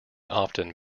often